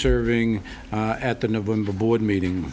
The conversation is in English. serving at the november board meeting